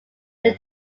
when